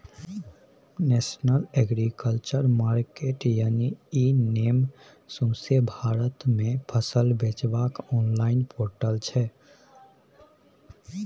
national agriculture market यानी e NAM सौंसे भारत मे फसल बेचबाक आनलॉइन पोर्टल छै